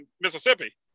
Mississippi